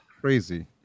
crazy